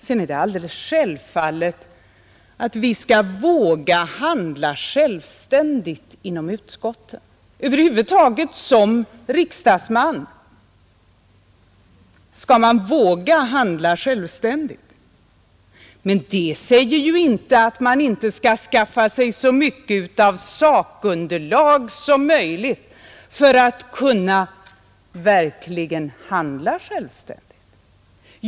Sedan är det klart att vi inom utskotten skall våga handla självständigt. Man skall över huvud taget som riksdagsman våga handla självständigt. Men det säger ju inte att man inte skall skaffa sig så mycket av sakunderlag som möjligt för att verkligen kunna handla självständigt.